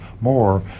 more